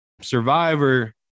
Survivor